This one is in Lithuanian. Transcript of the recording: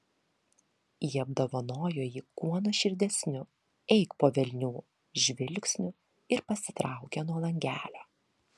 ji apdovanojo jį kuo nuoširdesniu eik po velnių žvilgsniu ir pasitraukė nuo langelio